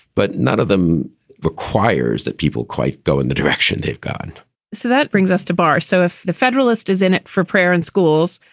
but none of them requires that people quite go in the direction they've gone so that brings us to bar. so if the federalist is in it for prayer in schools,